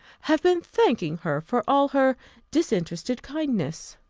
have been thanking her for all her disinterested kindness!